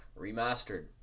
Remastered